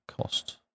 Cost